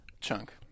chunk